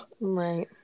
Right